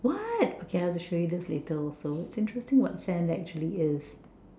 what okay I will show you this later also it's interesting what sand actually is